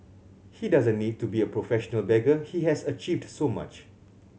he doesn't need to be a professional beggar he has achieved so much